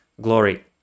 glory